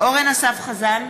אורן אסף חזן,